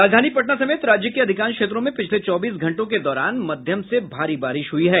राजधानी पटना समेत राज्य के अधिकांश क्षेत्रों में पिछले चौबीस घंटों के दौरान मध्यम से भारी बारिश हुई है